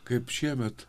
kaip šiemet